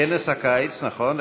בכנס הקיץ, נכון.